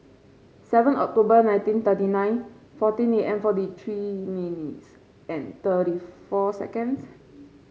seven October nineteen thirty nine fourteen and forty three minutes and thirty four seconds